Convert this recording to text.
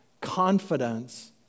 confidence